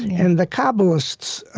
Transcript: and the kabbalists,